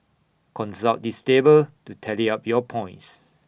consult this table to tally up your points